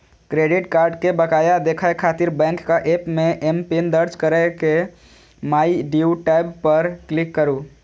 credit card के बकाया देखै खातिर बैंकक एप मे एमपिन दर्ज कैर के माइ ड्यू टैब पर क्लिक करू